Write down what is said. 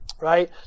right